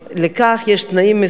דברים שאמר חבר הכנסת חנין.